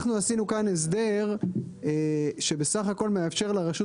אנחנו עשינו כאן הסדר, שבסך הכל מאפשר לרשות